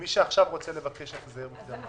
ומי שעכשיו רוצה לבקש החזר מקדמות?